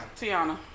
Tiana